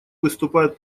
выступают